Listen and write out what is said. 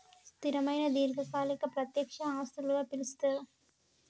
స్థిరమైన దీర్ఘకాలిక ప్రత్యక్ష ఆస్తులుగా పిలుస్తరు